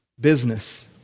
business